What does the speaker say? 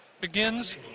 begins